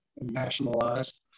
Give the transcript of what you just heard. nationalized